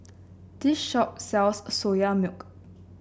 this shop sells Soya Milk